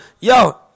yo